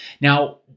Now